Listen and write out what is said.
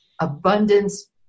abundance